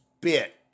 bit